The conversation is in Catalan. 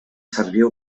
serviu